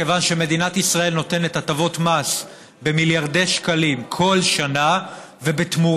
מכיוון שמדינת ישראל נותנת הטבות מס במיליארדי שקלים כל שנה ובתמורה,